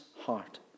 heart